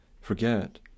forget